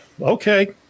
okay